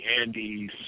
Andes